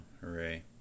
hooray